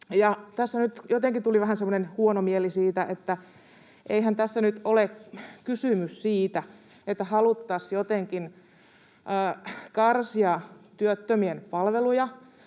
Tässä nyt jotenkin tuli vähän semmoinen huono mieli siitä, että eihän tässä nyt ole kysymys siitä, että haluttaisiin jotenkin karsia työttömien palveluja.